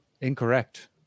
Incorrect